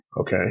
Okay